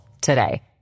today